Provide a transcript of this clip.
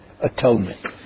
atonement